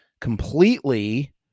completely